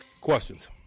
questions